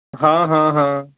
ਹਾਂ ਹਾਂ ਹਾਂ